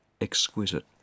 exquisite